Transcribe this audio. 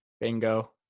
Bingo